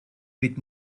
with